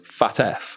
FATF